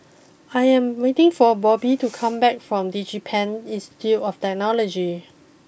I am waiting for Bobbye to come back from DigiPen Institute of Technology